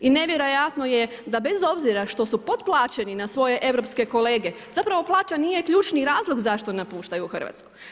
I nevjerojatno je da bez obzira što su potplaćeni na svoje europske kolege, zapravo plaća nije ključni razlog zašto napuštaju Hrvatsku.